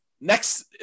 next